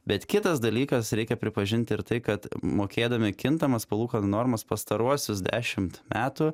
bet kitas dalykas reikia pripažint ir tai kad mokėdami kintamas palūkanų normas pastaruosius dešimt metų